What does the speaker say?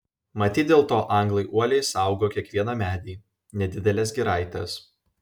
matyt dėl to anglai uoliai saugo kiekvieną medį nedideles giraites